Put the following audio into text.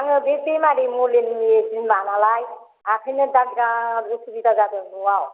आङो बे बेमारिनि मलेननिनो बिमा नालाय ओंखायनो दा बिराद उसुबिदा जादों न'वाव